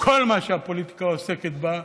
כל מה שהפוליטיקה עוסקת בו